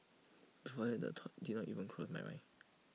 before that the thought did not even cross my mind